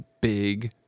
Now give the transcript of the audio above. big